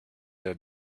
der